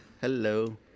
Hello